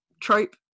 trope